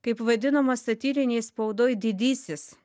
kaip vadinamas satyrinėj spaudoj didysis